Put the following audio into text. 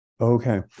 Okay